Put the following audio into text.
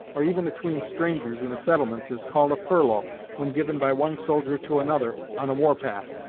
or even atween strangers in the settlements is called a furlough when given by one soldier to another, on a warpath.